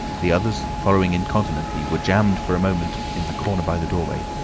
the others, and following incontinently, were jammed for a moment in the corner by the doorway.